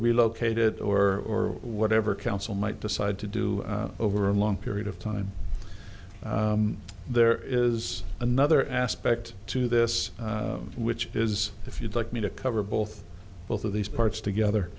relocated or whatever council might decide to do over a long period of time there is another aspect to this which is if you'd like me to cover both both of these parts together